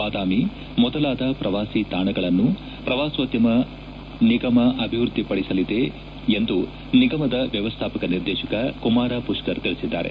ಬಾದಾಮಿ ಮೊದಲಾದ ಪ್ರವಾಸಿ ತಾಣಗಳನ್ನು ಪ್ರವಾಸೋದ್ಯಮ ನಿಗಮ ಅಭಿವೃದ್ಧಿಪಡಿಸಲಿದೆ ಎಂದು ನಿಗಮದ ವ್ಯವಸ್ಥಾಪಕ ನಿರ್ದೇಶಕ ಕುಮಾರ ಪುಷ್ಕರ ತಿಳಿಸಿದ್ದಾರೆ